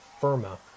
firma